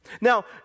Now